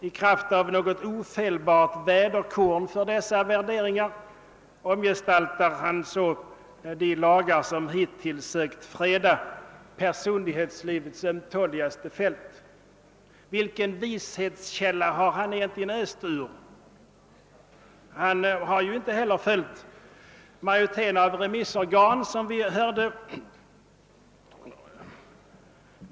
I kraft av nägot ofelbart väderkorn för dessa värderingar omgestaltar han de lagar som hittills sökt freda personlighetslivets ömtåligaste fält. Vilken vishetskälla har departementschefen egentligen öst ur? Han har ju inte heller följt majoriteten av remissorganen, som vi hörde.